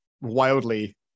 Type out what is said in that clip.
wildly